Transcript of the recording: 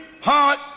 heart